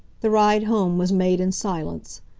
the ride home was made in silence.